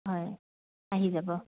হয় আহি যাব